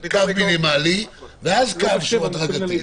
קו מינימלי, ואז הדרגתי.